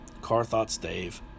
CarThoughtsDave